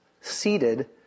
seated